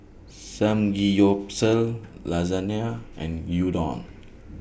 Samgeyopsal Lasagne and Gyudon